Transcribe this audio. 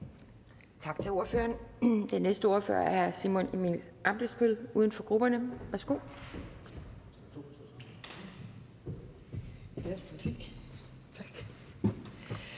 Tak til ordføreren. Den næste ordfører er hr. Simon Emil Ammitzbøll-Bille, uden for grupperne.